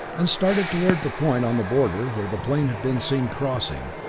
and started toward the point on the border, where the plane had been seen crossing.